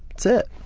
that's it.